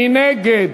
מי נגד?